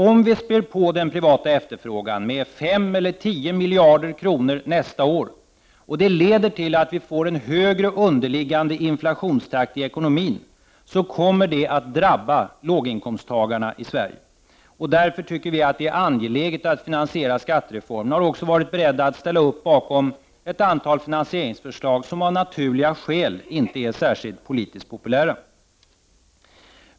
Om vi spär på den privata efterfrågan med 5 eller 10 miljarder kronor nästa år, och det leder till att vi får en högre underliggande inflationstakt i ekonomin, kommer detta att drabba låginkomsttagarna i Sverige. Vi tycker därför att det är angeläget att finansiera skattereformen. Vi har nu också varit beredda att ställa oss bakom ett antal finansieringsförslag som av naturliga skäl inte är särskilt politiskt populära.